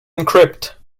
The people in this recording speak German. encrypt